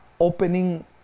opening